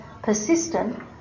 persistent